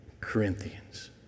Corinthians